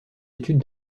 études